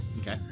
Okay